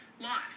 life